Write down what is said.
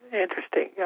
interesting